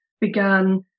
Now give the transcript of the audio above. began